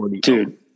Dude